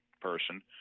person